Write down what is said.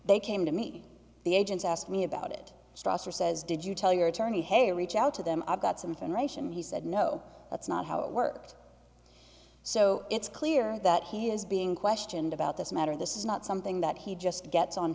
they came to me the agents asked me about it strasser says did you tell your attorney hey reach out to them i've got something ration he said no that's not how it worked so it's clear that he is being questioned about this matter this is not something that he just gets on